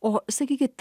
o sakykit